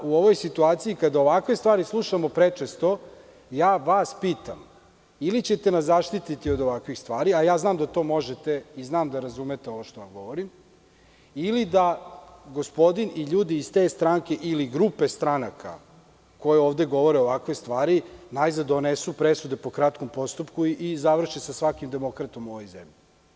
U ovoj situaciji, kada ovakve stvari slušamo prečesto, ja vas pitam - ili ćete nas zaštititi od ovakvih stvari, a znam da to možete i znam da razumete ovo što vam govorim, ili da gospodin i ljudi iz te stranke ili grupe stranaka koji ovde govore ovakve stvari najzad donesu presude po kratkom postupku i završe sa svakim demokratom u ovoj zemlji?